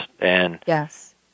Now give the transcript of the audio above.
Yes